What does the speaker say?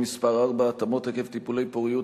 מס' 4) (התאמות עקב טיפולי פוריות,